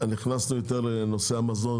נכנסנו יותר לנושא המזון,